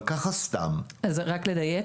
רק לדייק.